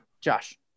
Josh